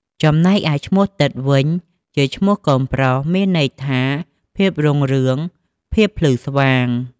ចំណែកឯឈ្មោះទិត្យវិញជាឈ្មោះកូនប្រុស មានន័យថាភាពរុងរឿង ភាពភ្លឺស្វាង។